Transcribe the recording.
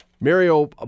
Mario